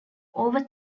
over